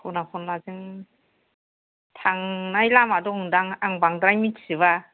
खना खनलाजों थांनाय लामा दंदां आं बांद्राय मिनथिजोबा